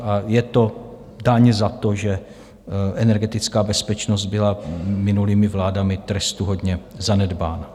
A je to daň za to, že energetická bezpečnost byla minulými vládami trestuhodně zanedbána.